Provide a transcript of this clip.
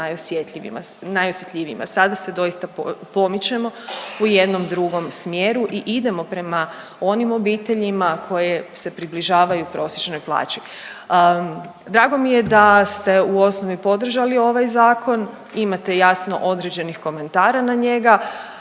najosjetljivijima, sada se doista pomičemo u jednom drugom smjeru i idemo prema onim obiteljima koje se približavaju prosječnoj plaći. Drago mi je da ste u osnovi podržali ovaj Zakon, imate jasno određenih komentara na njega,